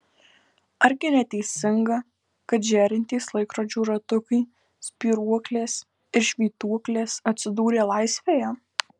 argi neteisinga kad žėrintys laikrodžių ratukai spyruoklės ir švytuoklės atsidūrė laisvėje